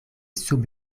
sub